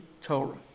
Torah